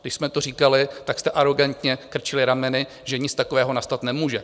Když jsme to říkali, tak jste arogantně krčili rameny, že nic takového nastat nemůže.